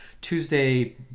Tuesday